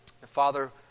Father